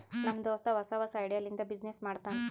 ನಮ್ ದೋಸ್ತ ಹೊಸಾ ಹೊಸಾ ಐಡಿಯಾ ಲಿಂತ ಬಿಸಿನ್ನೆಸ್ ಮಾಡ್ತಾನ್